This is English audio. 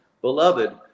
beloved